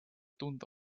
tunda